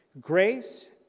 grace